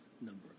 number